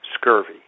scurvy